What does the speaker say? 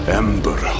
ember